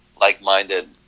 like-minded